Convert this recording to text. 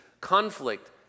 conflict